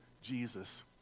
Jesus